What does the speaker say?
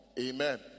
Amen